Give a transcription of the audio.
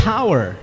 Power